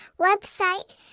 website